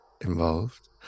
involved